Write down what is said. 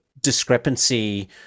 discrepancy